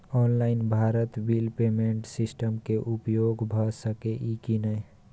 Online Bharat bill payment system के उपयोग भ सके इ की नय?